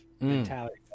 mentality